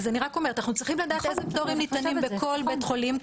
אנחנו צריכים לדעת איזה פטורים ניתנים בכל בית חולים,